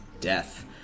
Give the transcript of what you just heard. Death